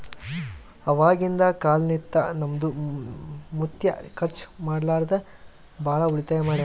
ಅವಾಗಿಂದ ಕಾಲ್ನಿಂತ ನಮ್ದು ಮುತ್ಯಾ ಖರ್ಚ ಮಾಡ್ಲಾರದೆ ಭಾಳ ಉಳಿತಾಯ ಮಾಡ್ಯಾನ್